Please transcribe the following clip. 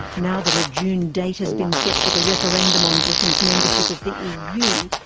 now that a june date has been set for the referendum on britain's membership of the eu,